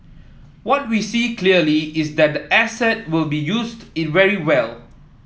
what we see clearly is that the asset will be used very well